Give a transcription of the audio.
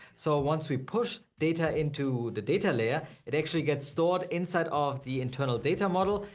so once we push data into the data layer, it actually gets stored inside of the internal data model,